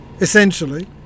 Essentially